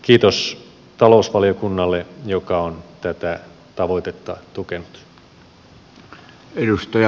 kiitos talousvaliokunnalle joka on tätä tavoitetta tukenut